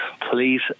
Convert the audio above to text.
please